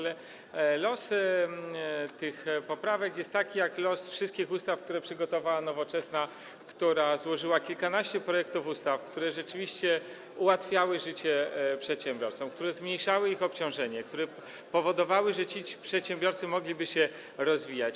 Los tych poprawek jest taki jak los wszystkich ustaw, które przygotowała Nowoczesna, która złożyła kilkanaście projektów ustaw, które rzeczywiście ułatwiały życie przedsiębiorcom, zmniejszały ich obciążenie i powodowały, że ci przedsiębiorcy mogliby się rozwijać.